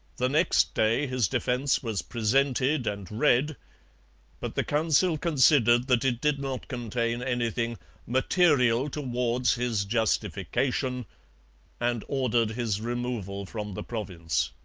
the next day his defence was presented and read but the council considered that it did not contain anything material towards his justification and ordered his removal from the province.